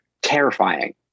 Terrifying